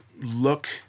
look